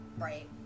Right